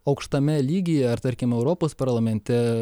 aukštame lygyje ar tarkim europos parlamente